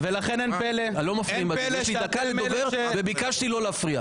אמרתי דקה לדובר ולא להפריע.